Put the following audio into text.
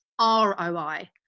ROI